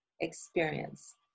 experience